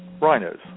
rhinos